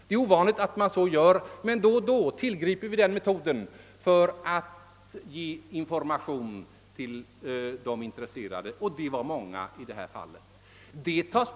Det är ovanligt att förfara så, men då och då tillgriper vi den metoden för att informera de intresserade — som i detta fall var många.